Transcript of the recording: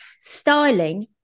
styling